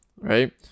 right